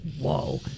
Whoa